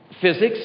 Physics